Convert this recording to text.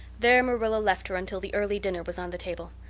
there marilla left her until the early dinner was on the table.